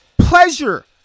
pleasure